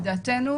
לדעתנו,